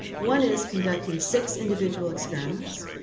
one is conducting six individual experiments,